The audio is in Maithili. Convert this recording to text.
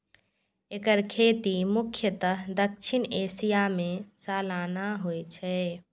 एकर खेती मुख्यतः दक्षिण एशिया मे सालाना होइ छै